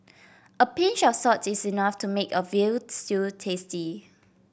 a pinch of salt is enough to make a veal stew tasty